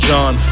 John